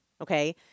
Okay